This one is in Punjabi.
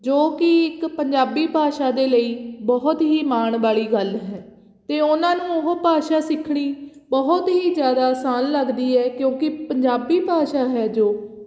ਜੋ ਕਿ ਇੱਕ ਪੰਜਾਬੀ ਭਾਸ਼ਾ ਦੇ ਲਈ ਬਹੁਤ ਹੀ ਮਾਣ ਵਾਲੀ ਗੱਲ ਹੈ ਅਤੇ ਉਹਨਾਂ ਨੂੰ ਉਹ ਭਾਸ਼ਾ ਸਿੱਖਣੀ ਬਹੁਤ ਹੀ ਜ਼ਿਆਦਾ ਆਸਾਨ ਲੱਗਦੀ ਹੈ ਕਿਉਂਕਿ ਪੰਜਾਬੀ ਭਾਸ਼ਾ ਹੈ ਜੋ